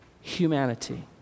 humanity